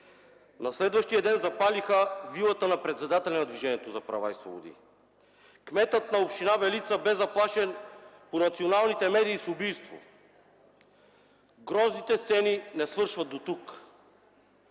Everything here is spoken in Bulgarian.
На следващия ден запалиха вилата на председателя на „Движението за права и свободи”. Кметът на община Белица бе заплашен по националните медии с убийство. Грозните сцени не свършват дотук.